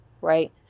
right